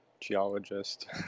geologist